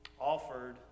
Offered